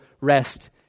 rest